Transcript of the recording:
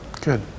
Good